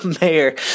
mayor